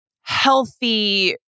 healthy